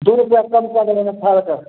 दू रुपाआ कम कऽ देबैनि अट्ठारहके